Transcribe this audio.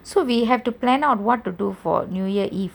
so we have to plan out what to do for new year eve